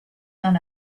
son